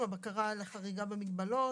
אכן לא חוויתי את מה שאתה מתאר בוועדת החוקה,